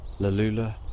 Lalula